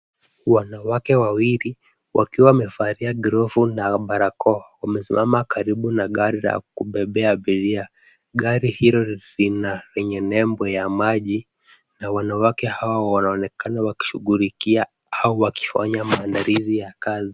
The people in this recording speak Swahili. Wanawake wawili, wakiwa wamevalia glovu na barakoa. Wamesimama karibu na gari la kubebeba abiria. Gari hilo lina lenye nembo ya maji, na wanawake hawa wanaonekana wakishughulikia au wakifanya maandalizi ya kazi.